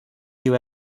you